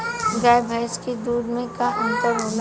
गाय भैंस के दूध में का अन्तर होला?